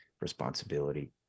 responsibility